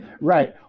Right